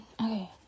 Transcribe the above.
okay